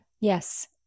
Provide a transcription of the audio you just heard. Yes